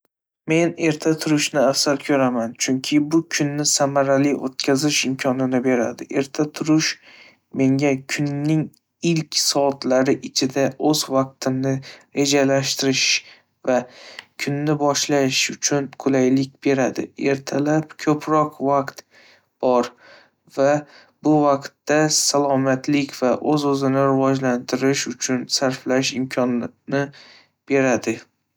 Men erta turishni afzal ko'raman, chunki bu kunni samarali o'tkazish imkonini beradi. Erta turish menga kunning ilk soatlari ichida o'z vaqtimni rejalashtirish va kunni boshlash uchun qulaylik beradi. Ertalab ko'proq vaqt bor va bu vaqtni salomatlik va o'z-o'zini rivojlantirish uchun sarflash imkonini beradi.